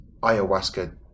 ayahuasca